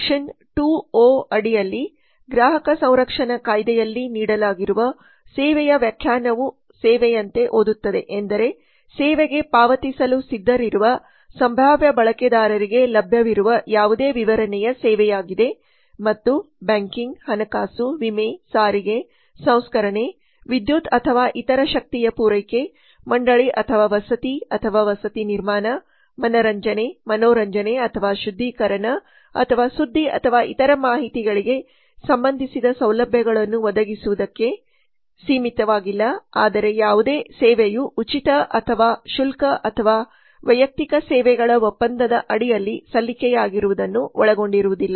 section 2 o ಅಡಿಯಲ್ಲಿ ಗ್ರಾಹಕ ಸಂರಕ್ಷಣಾ ಕಾಯ್ದೆಯಲ್ಲಿ ನೀಡಲಾಗಿರುವ ಸೇವೆಯ ವ್ಯಾಖ್ಯಾನವು ಸೇವೆಯಂತೆ ಓದುತ್ತದೆ ಎಂದರೆ ಸೇವೆಗೆ ಪಾವತಿಸಲು ಸಿದ್ಧರಿರುವ ಸಂಭಾವ್ಯ ಬಳಕೆದಾರರಿಗೆ ಲಭ್ಯವಿರುವ ಯಾವುದೇ ವಿವರಣೆಯ ಸೇವೆಯಾಗಿದೆ ಮತ್ತು ಬ್ಯಾಂಕಿಂಗ್ ಹಣಕಾಸು ವಿಮೆ ಸಾರಿಗೆ ಸಂಸ್ಕರಣೆ ವಿದ್ಯುತ್ ಅಥವಾ ಇತರ ಶಕ್ತಿಯ ಪೂರೈಕೆ ಮಂಡಳಿ ಅಥವಾ ವಸತಿ ಅಥವಾ ವಸತಿ ನಿರ್ಮಾಣ ಮನರಂಜನೆ ಮನೋರಂಜನೆ ಅಥವಾ ಶುದ್ಧೀಕರಣ ಅಥವಾ ಸುದ್ದಿ ಅಥವಾ ಇತರ ಮಾಹಿತಿಗಳಿಗೆ ಸಂಬಂಧಿಸಿದ ಸೌಲಭ್ಯಗಳನ್ನು ಒದಗಿಸುವುದಕ್ಕೆ ಸೀಮಿತವಾಗಿಲ್ಲ ಆದರೆ ಯಾವುದೇ ಸೇವೆಯು ಉಚಿತ ಅಥವಾ ಶುಲ್ಕ ಅಥವಾ ವೈಯಕ್ತಿಕ ಸೇವೆಗಳ ಒಪ್ಪಂದದ ಅಡಿಯಲ್ಲಿ ಸಲ್ಲಿಕೆಯಾಗಿರುವುದನ್ನು ಒಳಗೊಂಡಿರುವುದಿಲ್ಲ